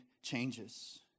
Changes